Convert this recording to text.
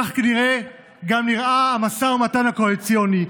כך כנראה גם נראה המשא ומתן הקואליציוני,